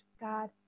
God